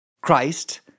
Christ